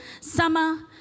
Summer